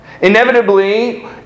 Inevitably